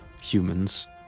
humans